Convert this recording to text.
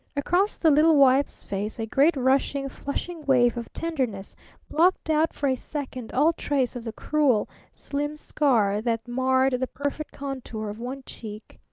across the little wife's face a great rushing, flushing wave of tenderness blocked out for a second all trace of the cruel, slim scar that marred the perfect contour of one cheek.